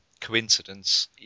coincidence